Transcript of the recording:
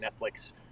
Netflix